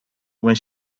when